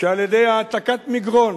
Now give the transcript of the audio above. שעל-ידי העתקת מגרון